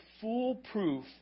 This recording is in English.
foolproof